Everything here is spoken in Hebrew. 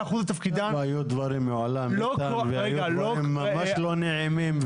כבר היו דברים מעולם, היו דברים ממש לא נעימים.